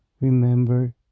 Remember